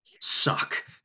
suck